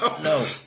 No